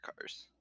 cars